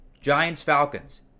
Giants-Falcons